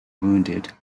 wounded